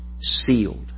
sealed